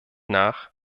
nach